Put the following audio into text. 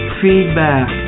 feedback